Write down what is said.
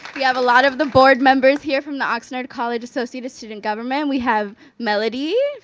we have a lot of the board members here from the oxnard college associate of student government. we have melanie,